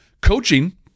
coaching